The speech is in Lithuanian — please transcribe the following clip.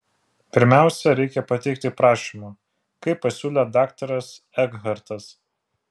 pirmiausia reikia pateikti prašymą kaip pasiūlė daktaras ekhartas